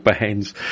bands